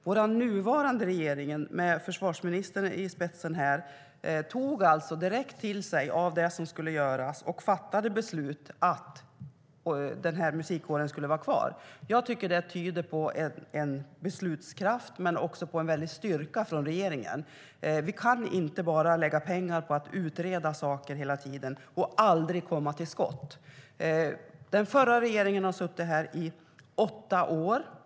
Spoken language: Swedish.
Vår nuvarande regering, med försvarsministern i spetsen, tog direkt till sig vad som skulle göras och fattade beslutet att musikkåren ska vara kvar. Jag tycker att det tyder på beslutskraft men också på en väldig styrka från regeringen. Vi kan inte bara lägga pengar på att utreda saker hela tiden och aldrig komma till skott. Den förra regeringen har suttit här i åtta år.